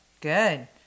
good